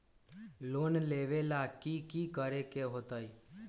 Loan लेबे ला की कि करे के होतई?